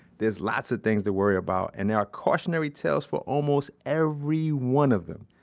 there's lots of things to worry about and are cautionary tales for almost every one of them.